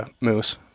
moose